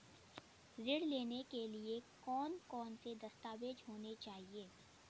ऋण लेने के लिए कौन कौन से दस्तावेज होने चाहिए?